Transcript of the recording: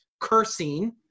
cursing